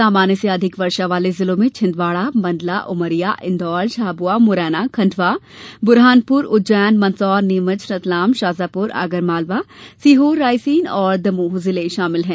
सामान्य से अधिक वर्षा वाले जिलों में छिंदवाड़ा मंडला उमरिया इंदौर झाबुआ मुरैना खण्डवा बुरहानपुर उज्जैन मंदसौर नीमच रतलाम शाजापुर आगर मालवा सीहोर रायसेन और दमोह शामिल हैं